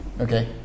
Okay